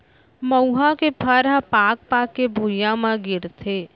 मउहा के फर ह पाक पाक के भुंइया म गिरथे